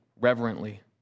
reverently